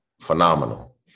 phenomenal